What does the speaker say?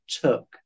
took